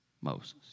Moses